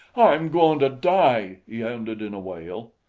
i'm goin' to die! he ended in a wail.